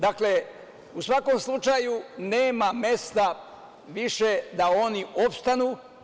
Dakle, u svakom slučaju nema mesta više da oni opstanu.